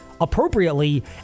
appropriately